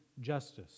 justice